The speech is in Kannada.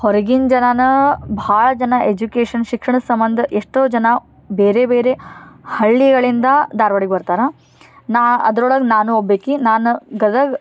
ಹೊರಗಿನ ಜನನ್ ಭಾಳ ಜನ ಎಜುಕೇಶನ್ ಶಿಕ್ಷಣ ಸಂಬಂಧ ಎಷ್ಟೋ ಜನ ಬೇರೆ ಬೇರೆ ಹಳ್ಳಿಗಳಿಂದ ಧಾರ್ವಾಡಕ್ಕೆ ಬರ್ತಾರ ನಾ ಅದ್ರ ಒಳಗೆ ನಾನು ಒಬ್ಬಾಕಿ ನಾನು ಗದಗ್